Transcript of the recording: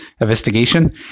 investigation